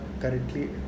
currently